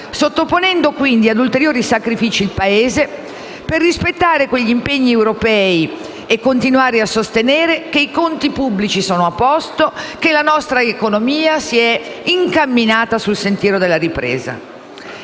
sottoponendo quindi ad ulteriori sacrifici il Paese, per rispettare gli impegni europei e continuare a sostenere che i conti pubblici sono a posto e che la nostra economia si è incamminata sul sentiero della ripresa.